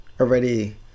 already